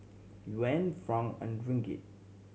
Yuan franc and Ringgit